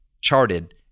charted